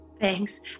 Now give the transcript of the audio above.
Thanks